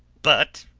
but